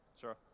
Sure